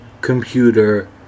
computer